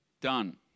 Done